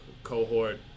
cohort